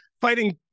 fighting